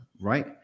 right